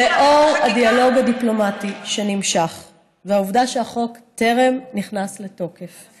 לאור הדיאלוג הדיפלומטי שנמשך והעובדה שהחוק טרם נכנס לתוקף,